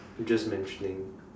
we just mentioning